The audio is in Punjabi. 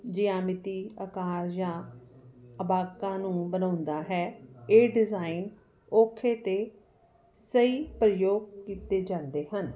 ਜਾਂ ਮਿਤੀ ਆਕਾਰ ਜਾਂ ਅਬਾਕਾਂ ਨੂੰ ਬਣਾਉਂਦਾ ਹੈ ਇਹ ਡਿਜ਼ਾਇਨ ਔਖੇ ਅਤੇ ਸਹੀ ਪ੍ਰਯੋਗ ਕੀਤੇ ਜਾਂਦੇ ਹਨ